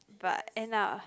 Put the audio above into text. but end up